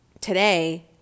today